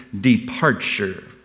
departure